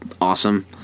awesome